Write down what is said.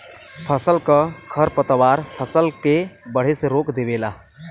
फसल क खरपतवार फसल के बढ़े से रोक देवेला